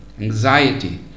anxiety